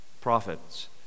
prophets